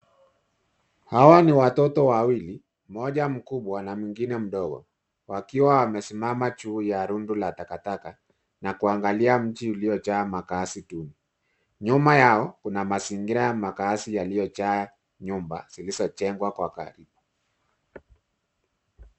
Hawa ni watoto wawili, mmoja mkubwa na mwingine mdogo. Wakiwa wamesimama juu ya rundo la taka na kuangalia mji uliojaa makazi duni. Nyuma yao kuna mazingira ya makazi yaliyojaa nyumba zilizojengwa kwa karibu.